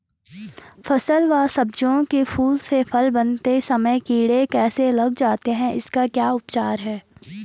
फ़ल व सब्जियों के फूल से फल बनते समय कीड़े कैसे लग जाते हैं इसका क्या उपचार है?